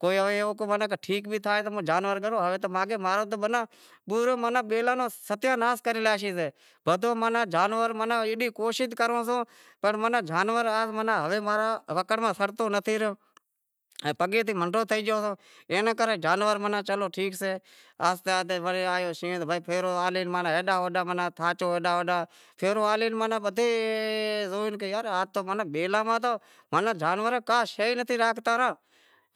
کہ ای ٹھیک تھے کو جانور گری لوں ای تو امارو پورو بیلاں ری ستیاناس کری لاشیں۔ ام اتی پوری کوشش کراں تو پر جانور امارے وکڑ میں سڑتو نتھی ائیں پگے تھئیں منڈو تھئی گیو سوں اینے کرے جانور تو چلو ٹھیک سے آہستے آہستے وڑے آیو شینہں تو بھائی فیرو ہالے ہیڈاں ہوڈاں ماناں تھاچو ہیڈاں ہوڈاں فیرو ہالے بدہے زوئے کہ یار بیلاں ماہ تھی جانور تو کا شے نتھی راکھتا رہا